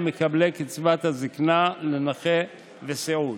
עם מקבלי קצבת זקנה לנכה וקצבת סיעוד.